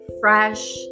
fresh